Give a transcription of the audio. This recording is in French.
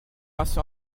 assez